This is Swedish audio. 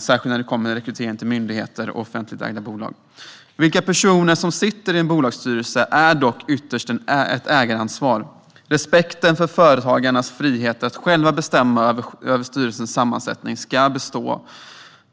särskilt när det gäller rekrytering till myndigheter och offentligt ägda bolag. Vilka personer som sitter i en bolagsstyrelse är dock ytterst ett ägaransvar. Respekten för företagarnas frihet att själva bestämma över styrelsens sammansättning ska bestå.